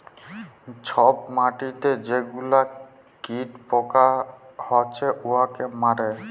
ছব মাটিতে যে গুলা কীট পকা হছে উয়াকে মারে